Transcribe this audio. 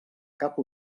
cap